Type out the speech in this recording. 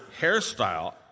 hairstyle